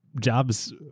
Jobs